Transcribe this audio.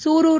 சூரூர்